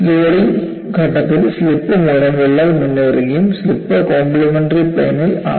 loading ഘട്ടത്തിൽ slip മൂലം വിള്ളൽ മുന്നേറുകയും സ്ലിപ്പ് കോപ്ലിമെൻററി പ്ലെയിനിൽ ആണ്